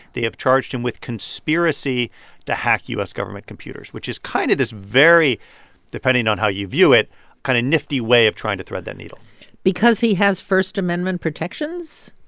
they have charged him with conspiracy to hack u s. government computers, which is kind of this very depending on how you view it kind of nifty way of trying to thread that needle because he has first amendment protections?